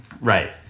Right